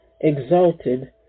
exalted